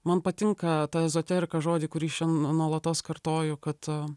man patinka ta ezoterika žodį kurį šian nuolatos kartoju kad